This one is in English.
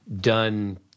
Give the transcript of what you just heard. done